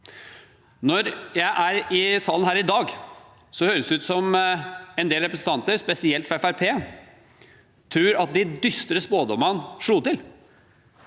Når jeg er i salen i dag, høres det ut som en del representanter, spesielt fra Fremskrittspartiet, tror at de dystre spådommene slo til,